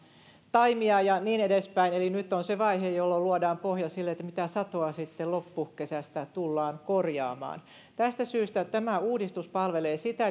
taimia ja niin edespäin eli nyt on se vaihe jolloin luodaan pohja sille mitä satoa sitten loppukesästä tullaan korjaamaan tästä syystä tämä uudistus palvelee sitä